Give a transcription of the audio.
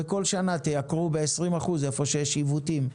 ובכל שנה תייקרו ב-20 אחוז איפה שיש עיוותים,